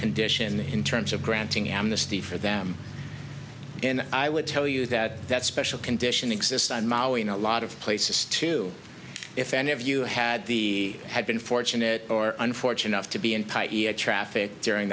condition in terms of granting amnesty for them and i would tell you that that special condition exists in mali in a lot of places too if any of you had the had been fortunate or unfortunate to be in paey a traffic during